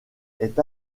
est